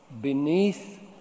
Beneath